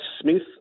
Smith